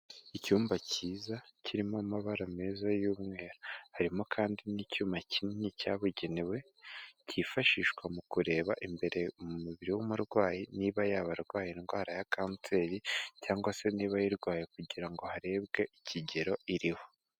Icyumba cyiza kirimo amabara meza y'umweru, harimo kandi n'icyuma kinini cyabugenewe kifashishwa mu kureba imbere mu mubiri w'umurwayi, niba yaba arwaye indwara ya kanseri, cyangwa se niba ayirwaye kugira ngo harebwe ikigero iriho.